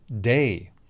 day